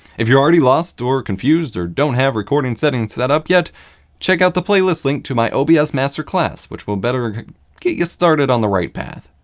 if you're already lost or confused, or don't have recording settings set up yet check out the playlist link to my obs master class, which will better get you started on the right path.